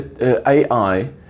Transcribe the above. AI